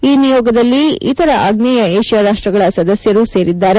ಈ ನಿಯೋಗದಲ್ಲಿ ಇತರ ಆಗ್ನೇಯ ಏಷ್ಯಾ ರಾಷ್ಟ್ರಗಳ ಸದಸ್ಯರೂ ಇದ್ದರು